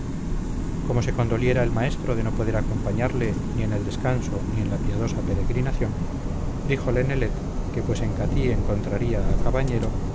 como se condoliera el maestro de no poder acompañarle ni en el descanso ni en la piadosa peregrinación díjole nelet que pues en catí encontraría a cabañero